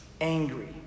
angry